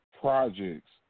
projects